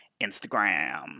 Instagram